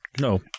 No